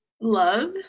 love